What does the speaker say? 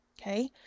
Okay